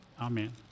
Amen